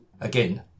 again